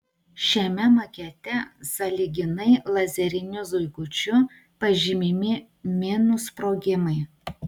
šiame makete sąlyginai lazeriniu zuikučiu pažymimi minų sprogimai